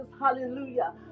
hallelujah